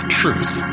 truth